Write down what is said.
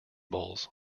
bowls